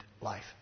life